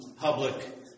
public